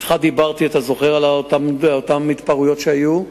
אתך דיברתי על אותן התפרעויות שהיו,